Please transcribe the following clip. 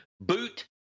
boot